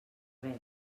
veda